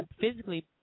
physically